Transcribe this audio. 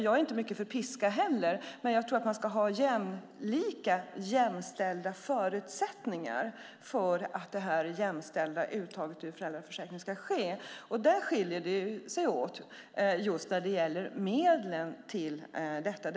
Jag är inte mycket för piska, men jag tror att man ska ha jämlika, jämställda förutsättningar för att det jämställda uttaget i föräldraförsäkringen ska ske. Där skiljer det sig just när det gäller medlen till detta.